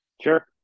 Sure